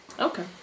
Okay